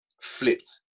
flipped